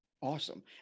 awesome